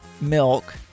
milk